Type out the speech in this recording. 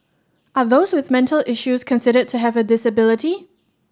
are those with mental issues considered to have a disability